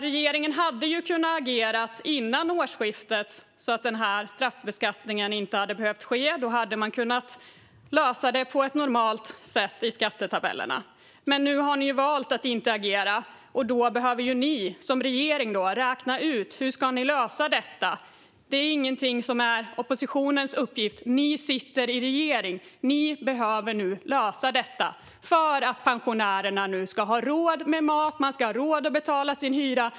Regeringen hade kunnat agera före årsskiftet så att straffbeskattningen inte hade behövt ske; då hade man kunnat lösa det på ett normalt sätt i skattetabellerna. Men nu har ni valt att inte agera, och då behöver ni som regering räkna ut hur ni ska lösa detta. Det är inte något som är oppositionens uppgift. Ni sitter i regeringen. Ni behöver nu lösa detta för att pensionärerna ska ha råd med mat och råd att betala sin hyra.